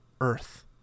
earth